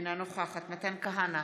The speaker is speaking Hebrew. אינה נוכחת מתן כהנא,